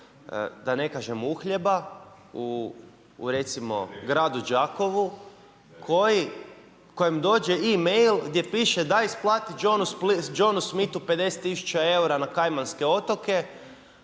da ne kažem uhljeba u recimo gradu Đakovu, kojem dođe e-mail gdje piše daj isplati Jonesu Smithu 50000 eura na Kajmanske otoke,